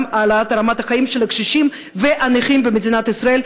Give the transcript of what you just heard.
ובהם גם העלאת רמת החיים של הקשישים והנכים במדינת ישראל.